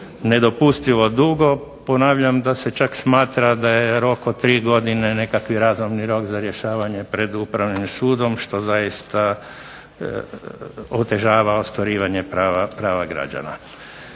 nedopustivo dugo. Ponavljam da se čak smatra da je rok od 3 godine nekakav razumni rok za rješavanje pred Upravnim sudom što zaista otežava ostvarivanje prava građana.